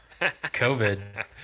covid